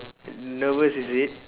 nervous is it